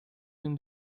him